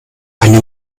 eine